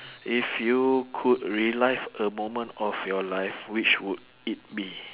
if you could relive a moment of your life which would it be